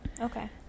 Okay